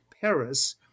Paris